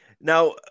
now